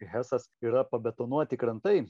hesas yra pabetonuoti krantai